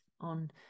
on